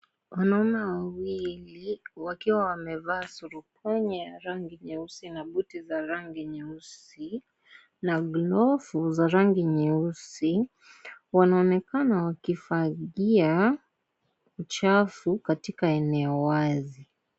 Wanaume wawili wakiwa wamevaa surupwenye ya rangi nyeusi na buti za rangi nyeusi na glovu za rangi nyeusi wanaonekana wakifagia uchafu katika eneo wazi.